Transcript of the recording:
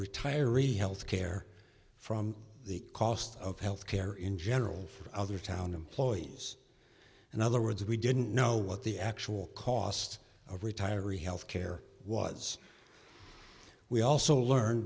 retiree health care from the cost of health care in general other town employees in other words we didn't know what the actual cost of retiree health care was we also learn